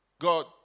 God